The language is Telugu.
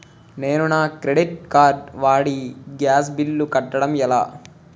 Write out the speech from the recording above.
నేను నా క్రెడిట్ కార్డ్ వాడి గ్యాస్ బిల్లు కట్టడం ఎలా?